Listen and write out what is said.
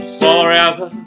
forever